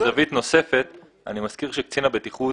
אני מזכיר שקצין הבטיחות,